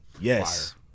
Yes